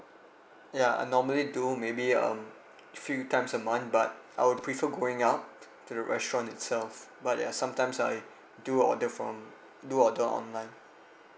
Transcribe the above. ya normally do maybe um few times a month but I would prefer going out to the restaurant itself but yeah sometimes I do order from do order online